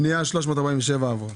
פנייה 347 עברה.